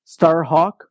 Starhawk